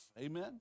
Amen